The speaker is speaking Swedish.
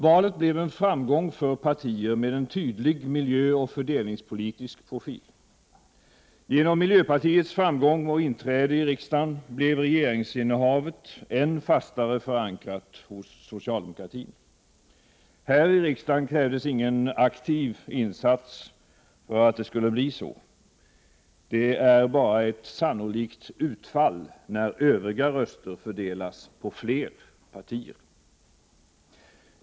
Valet blev en framgång för partier med en tydlig miljöoch fördelningspolitisk profil. Genom miljöpartiets framgång och inträde i riksdagen blev regeringsinnehavet än fastare förankrat hos socialdemokratin. Här i riksdagen krävdes ingen aktiv insats för att det skulle bli så. Det är bara ett sannolikt utfall när övriga röster fördelas på fler partier.